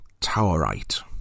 Towerite